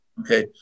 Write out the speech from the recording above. Okay